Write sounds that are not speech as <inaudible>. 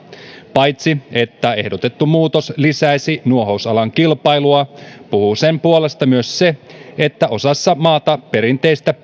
paitsi että ehdotettu muutos lisäisi nuohousalan kilpailua puhuu sen puolesta myös se että osassa maata perinteisestä <unintelligible>